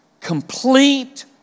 complete